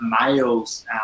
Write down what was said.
males